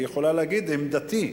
היא יכולה להגיד: "עמדתי",